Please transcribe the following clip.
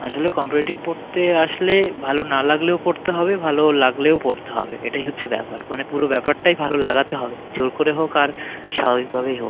আসলে কম্পিটিটিভ পড়তে আসলে ভালো না লাগলেও পড়তে হবে ভালো লাগলেও পড়তে হবে এটাই হচ্ছে ব্যাপার মানে পুরো ব্যাপারটাই ভালো লাগাতে হবে জোর করে হোক আর স্বাভাবিকভাবেই হোক